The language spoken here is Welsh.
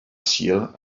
sul